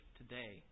today